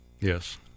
yes